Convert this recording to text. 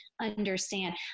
understand